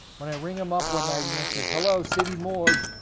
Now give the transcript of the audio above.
when i ring him up one night, he answers, hello, city morgue.